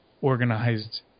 organized